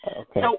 Okay